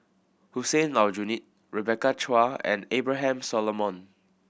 Hussein Aljunied Rebecca Chua and Abraham Solomon